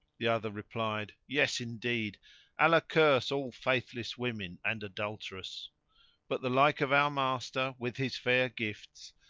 the other replied, yes indeed allah curse all faithless women and adulterous but the like of our master, with his fair gifts,